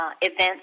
Events